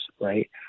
right